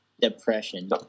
Depression